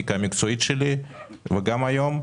בפרקטיקה המקצועית שלי וגם היום.